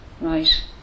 Right